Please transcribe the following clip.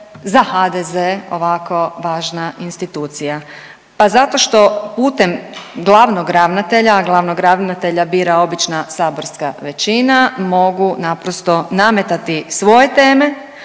za HDZ ovako važna institucija, pa zato što putem glavnog ravnatelja, a glavnog ravnatelja bira obična saborska većina, mogu naprosto nametati svoje teme,